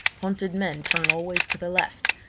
hunted men turn always to the left,